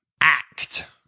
act